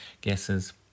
guesses